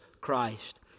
Christ